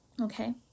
okay